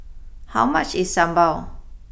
how much is Sambal